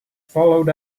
followed